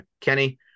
Kenny